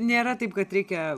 nėra taip kad reikia